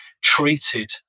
treated